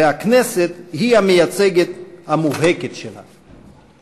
והכנסת היא המייצגת המובהקת שלה.